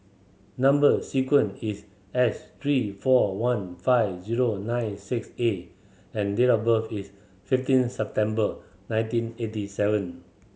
number sequence is S three four one five zero nine six A and date of birth is fifteen September nineteen eighty seven